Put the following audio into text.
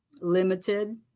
limited